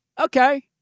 okay